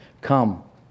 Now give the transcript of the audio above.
come